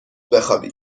بخوابی